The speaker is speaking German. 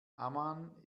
amman